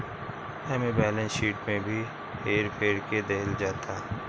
एमे balance sheet में भी हेर फेर क देहल जाता